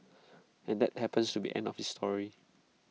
and that happens to be end of his story